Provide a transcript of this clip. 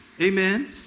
Amen